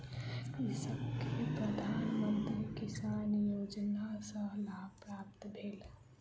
कृषक के प्रधान मंत्री किसान योजना सॅ लाभ प्राप्त भेल